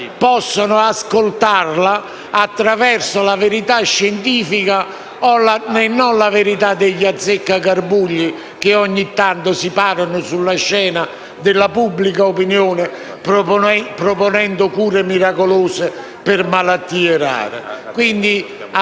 tale da ascoltare la verità scientifica e non la verità degli azzeccagarbugli che ogni tanto si parano sulla scena della pubblica opinione, proponendo cure miracolose per malattie rare.